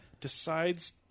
decides